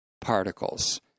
particles